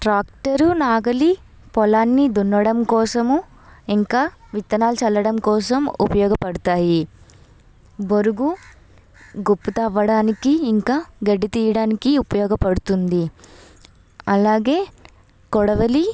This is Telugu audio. ట్రాక్టర్ నాగలి పొలాన్ని దున్నడం కోసం ఇంకా విత్తనాలు చల్లడం కోసం ఉపయోగపడతాయి బొరుగు గుప్పు తవ్వడానికి ఇంకా గడ్డి తీయడానికి ఉపయోగపడుతుంది అలాగే కొడవలి